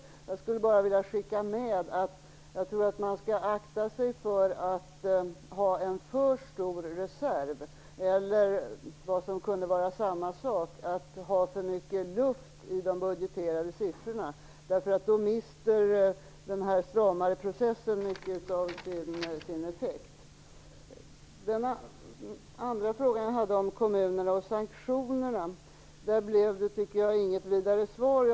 Men jag vill bara skicka med att jag tror att man skall akta sig för att ha en för stor reserv eller, vad som kunde vara samma sak, att ha för mycket luft i de budgeterade siffrorna. Därigenom mister den stramare processen mycket av sin effekt. Min andra fråga om kommunerna och sanktionerna fick jag inget vidare svar på.